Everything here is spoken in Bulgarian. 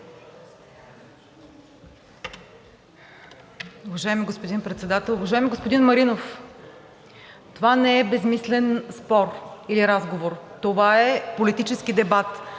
Уважаеми господин Председател, уважаеми господин Маринов, това не е безсмислен спор или разговор, това е политически дебат,